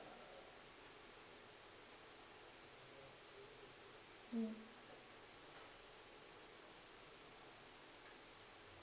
mm